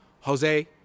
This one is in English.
Jose